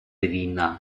війна